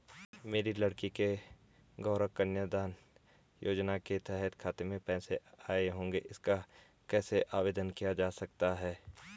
मेरी लड़की के गौंरा कन्याधन योजना के तहत खाते में पैसे आए होंगे इसका कैसे आवेदन किया जा सकता है?